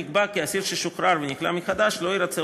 נקבע כי אסיר ששוחרר ונכלא מחדש לא ירצה